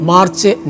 March